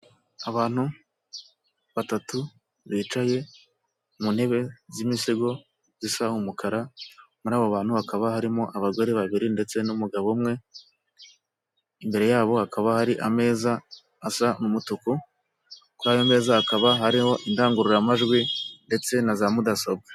Abantu batatu bicaye mu ntebe z'imisego zisa n'umukara, muri abo bantu hakaba harimo abagore babiri ndetse n'umugabo umwe, imbere yabo hakaba hari ameza asa n'umutuku, kuri ayo meza hakaba hariho indangururamajwi ndetse na za mudasobwa.